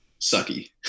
sucky